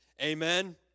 Amen